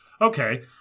Okay